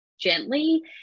gently